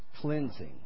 cleansing